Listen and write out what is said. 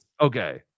Okay